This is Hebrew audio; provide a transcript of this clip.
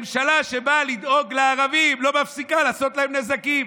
ממשלה שבאה לדאוג לערבים לא מפסיקה לעשות להם נזקים,